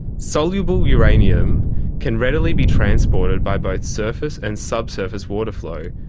soluble uranium can readily be transported by both surface and subsurface water flow,